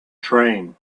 train